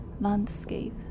landscape